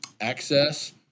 access